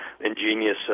ingenious